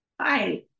Hi